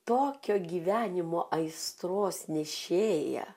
tokio gyvenimo aistros nešėja